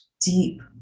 deep